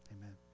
Amen